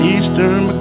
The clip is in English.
Eastern